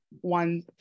one